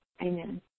Amen